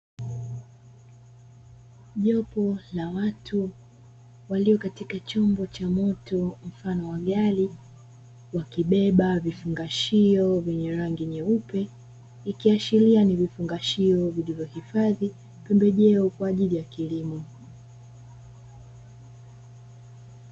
Jopo la watu walio katika chombo cha moto mfano wa gari, wakibeba vifungashio vyenye rangi nyeupe. Ikiashiria ni vifungashio vilivyohifadhi pembejeo kwa ajili ya kilimo.